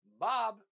Bob